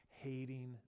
hating